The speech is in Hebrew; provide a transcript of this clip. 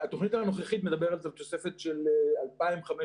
התכנית הנוכחית מדברת על תוספת של 2,500